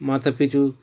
মাথা পিছু